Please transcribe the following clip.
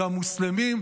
גם מוסלמים,